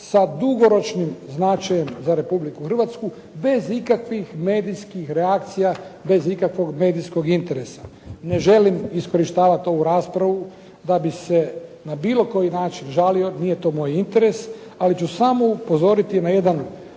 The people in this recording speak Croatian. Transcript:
sa dugoročnim značajem za Republiku Hrvatsku bez ikakvih medijskih reakcija, bez ikakvog medijskog interesa. Ne želim iskorištavati ovu raspravu da bi se na bilo koji način žalio, nije to moj interes ali ću samo upozoriti na jedan